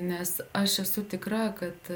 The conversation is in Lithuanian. nes aš esu tikra kad